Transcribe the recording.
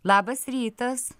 labas rytas